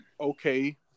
okay